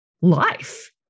life